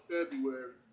February